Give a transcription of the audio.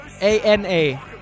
A-N-A